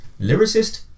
Lyricist